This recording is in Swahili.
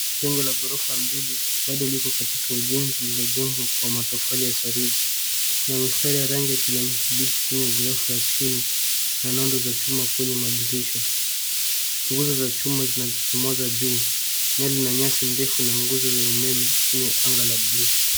Jengo la ghorofa mbili bado liko katika ujenzi la jengo kwa matofali ya saruji, kuna mistari ya rangi ya kijani kibichi kwenye ghorofa ya chini na nundu za chuma kwenye madirisha nguzo za chuma zinachomoza juu, neli na nyasi ndefu na nguzo za umeme chini ya anga la bluu.